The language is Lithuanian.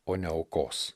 o ne aukos